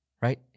Right